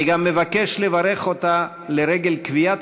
אני גם מבקש לברך אותה לרגל קביעת